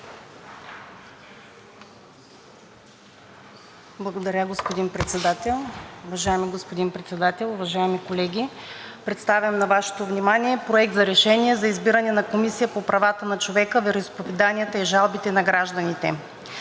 Уважаеми господин Председател, уважаеми колеги! Представям на Вашето внимание „Проект! РЕШЕНИЕ за избиране на Комисия по правата на човека, вероизповеданията и жалбите на гражданите